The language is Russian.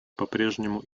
попрежнему